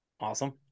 Awesome